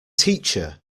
teacher